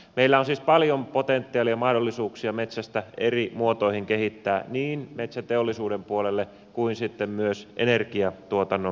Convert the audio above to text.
meillä on siis paljon potentiaalia mahdollisuuksia metsästä eri muotoihin kehittää niin metsäteollisuuden puolelle kuin sitten myös energiantuotannon puolelle